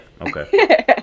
Okay